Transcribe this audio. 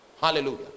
hallelujah